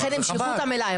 לכן שלחו אותן אלי.